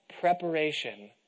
preparation